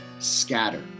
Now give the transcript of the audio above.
scatter